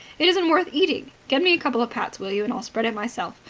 it isn't worth eating. get me a couple of pats, will you, and i'll spread it myself.